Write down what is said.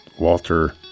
Walter